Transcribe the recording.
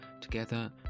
together